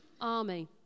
army